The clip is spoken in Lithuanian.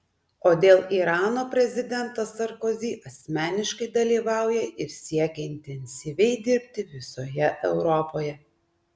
o dėl irano prezidentas sarkozy asmeniškai dalyvauja ir siekia intensyviai dirbti visoje europoje